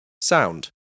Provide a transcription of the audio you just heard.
Sound